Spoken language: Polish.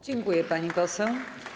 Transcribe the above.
Dziękuję, pani poseł.